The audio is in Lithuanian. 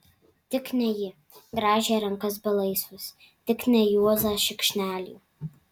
tik ne jį grąžė rankas belaisvis tik ne juozą šikšnelį